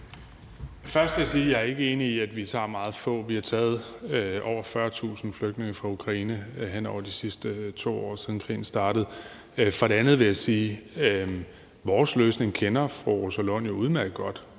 Først vil jeg sige, at jeg ikke er enig i, at vi tager meget få. Vi har taget over 40.000 flygtninge fra Ukraine hen over de sidste 2 år, siden krigen startede. For det andet vil jeg sige, at fru Rosa Lund jo udmærket godt